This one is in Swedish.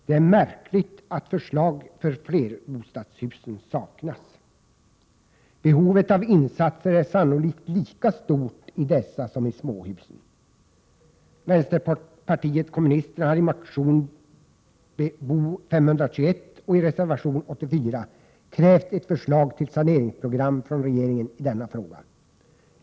Det är märkligt att förslag för flerbostadshusen saknas. Behovet av insatser är sannolikt lika stort i dessa som i småhusen. Vänsterpartiet kommunisterna har i motion Bo521 och i reservation 84 krävt ett förslag till saneringsprogram från regeringen i denna fråga.